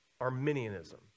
Arminianism